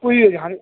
അയ്യോ ഞാൻ